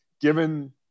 given